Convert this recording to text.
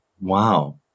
Wow